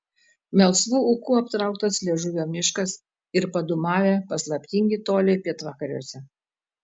melsvu ūku aptrauktas liežuvio miškas ir padūmavę paslaptingi toliai pietvakariuose